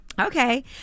Okay